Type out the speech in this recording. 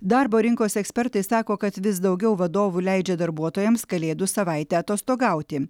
darbo rinkos ekspertai sako kad vis daugiau vadovų leidžia darbuotojams kalėdų savaitę atostogauti